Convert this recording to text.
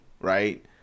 right